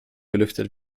belüftet